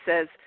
says